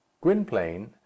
Gwynplaine